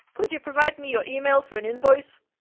could you provide me your email for an invoice?